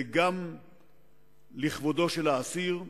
זה גם לכבודו של האסיר,